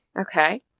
okay